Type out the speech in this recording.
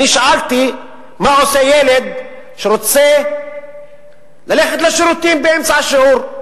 אני שאלתי מה עושה ילד שרוצה ללכת לשירותים באמצע השיעור.